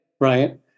Right